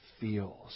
feels